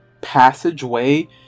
passageway